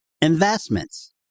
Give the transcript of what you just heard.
investments